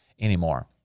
anymore